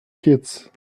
kids